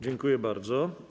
Dziękuję bardzo.